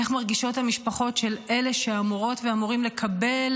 איך מרגישות המשפחות של אלה שאמורות ואמורים לקבל